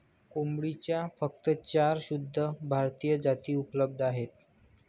कोंबडीच्या फक्त चार शुद्ध भारतीय जाती उपलब्ध आहेत